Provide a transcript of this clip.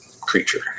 creature